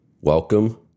Welcome